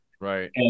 right